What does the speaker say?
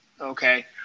Okay